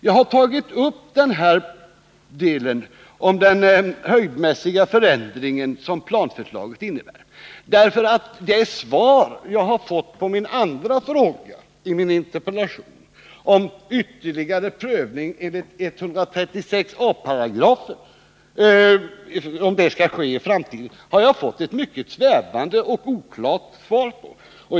Jag har tagit upp den höjdmässiga förändring som planförslaget innebär därför att det svar jag har fått på den andra frågan i min interpellation, om ytterligare prövning enligt 136 a § skall ske i framtiden, är mycket svävande och oklart.